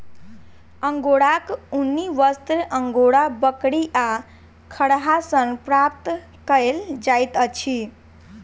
अंगोराक ऊनी वस्त्र अंगोरा बकरी आ खरहा सॅ प्राप्त कयल जाइत अछि